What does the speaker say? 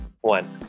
One